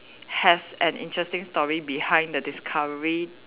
has an interesting story behind the discovery